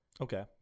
Okay